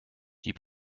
die